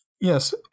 yes